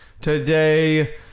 today